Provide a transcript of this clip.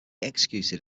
executed